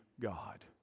God